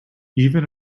even